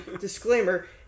Disclaimer